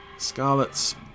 Scarlet's